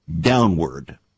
downward